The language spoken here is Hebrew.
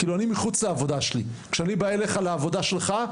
אני מחוץ לעבודה שלי כשאני בא אליך לעבודה שלך,